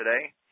today